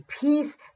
peace